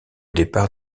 départ